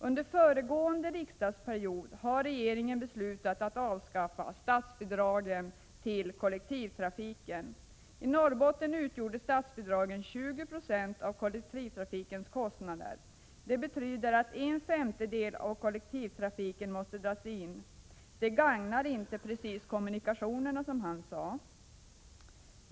Under föregående riksdagsperiod har regeringen beslutat att avskaffa statsbidragen till kollektivtrafiken. I Norrbotten utgjorde statsbidragen 20 7 av kollektivtrafikens kostnader. Det betyder att en femtedel av kollektivtrafiken måste dras in. Det gagnar, som industriministern sade, inte precis kommunikationerna.